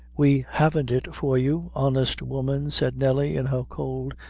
we haven't it for you, honest woman, said nelly, in her cold,